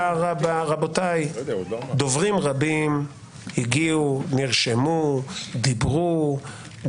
רבותיי, דוברים רבים הגיעו, נרשמו, דיברו.